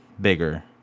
bigger